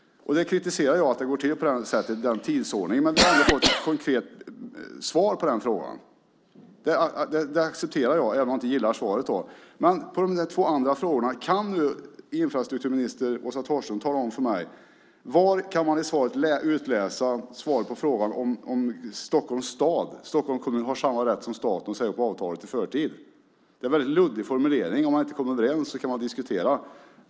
Jag kritiserar att det går till på det sättet, i den tidsordningen. Men vi har ändå fått ett konkret svar på den frågan. Det accepterar jag, även om jag inte gillar svaret. Men det gäller de två andra frågorna. Kan infrastrukturminister Åsa Torstensson nu tala om för mig var i svaret man kan utläsa svar på frågan om Stockholms stad, Stockholms kommun, har samma rätt som staten att säga upp avtalet i förtid. Det är en väldigt luddig formulering. Om man inte kommer överens kan man diskutera.